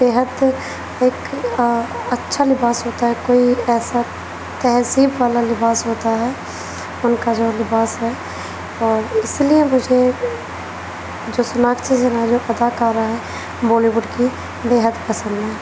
بےحد ایک اچھا لباس ہوتا ہے کوئی ایسا تہذیب والا لباس ہوتا ہے ان کا جو لباس ہے اور اس لیے مجھے جو سوناکچھی سنہا جو اداکارہ ہیں بالی ووڈ کی بے حد پسند ہیں